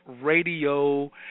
Radio